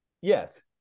Yes